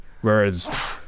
whereas